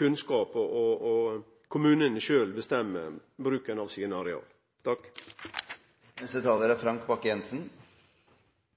kunnskap og lar kommunane sjølve bestemme bruken av sine areal. Når det er